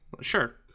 sure